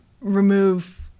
remove